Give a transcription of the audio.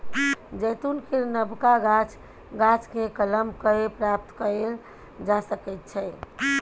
जैतून केर नबका गाछ, गाछकेँ कलम कए प्राप्त कएल जा सकैत छै